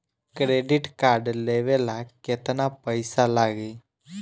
Credit card लेवे ला केतना पइसा लागी?